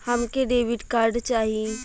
हमके debit card चाही?